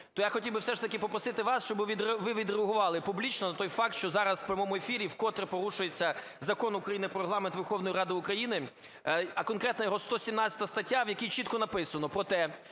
То я хотів би все ж таки попросити вас, щоб ви відреагували публічно на той факт, що зараз в прямому ефірі вкотре порушується Закон України "Про Регламент Верховної Ради України", а конкретно його 117 стаття, в якій чітко написано про те,